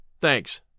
Thanks